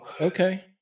Okay